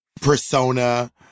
persona